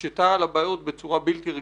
הקשיתה על הבעיות בצורה בלתי רגילה.